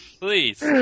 Please